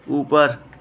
اوپر